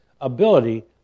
ability